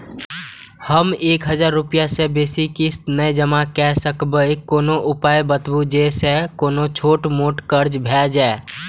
हम एक हजार रूपया से बेसी किस्त नय जमा के सकबे कोनो उपाय बताबु जै से कोनो छोट मोट कर्जा भे जै?